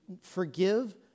forgive